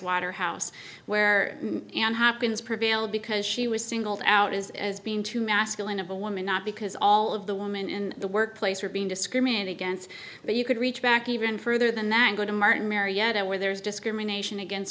pricewaterhouse where and hopkins prevail because she was singled out as as being too masculine of a woman not because all of the women in the workplace were being discriminated against but you could reach back even further than that go to martin marietta where there is discrimination against